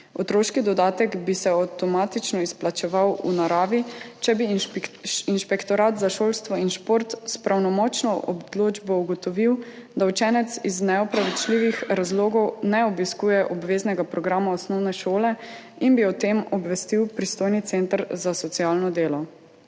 Otroški dodatek bi se avtomatično izplačeval v naravi, če bi Inšpektorat za šolstvo in šport s pravnomočno odločbo ugotovil, da učenec iz neopravičljivih razlogov ne obiskuje obveznega programa osnovne šole, in bi o tem obvestil pristojni center za socialno delo.